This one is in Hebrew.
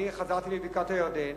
אני חזרתי מבקעת-הירדן